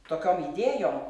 tokiom idėjom